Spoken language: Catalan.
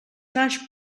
naix